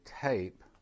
tape